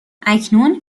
اکنون